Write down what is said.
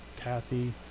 Kathy